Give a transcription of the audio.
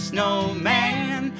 Snowman